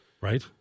right